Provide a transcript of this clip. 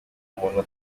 umuntu